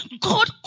God